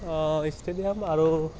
stadium আৰু